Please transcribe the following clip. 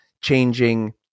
changing